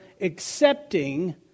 accepting